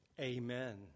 Amen